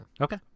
okay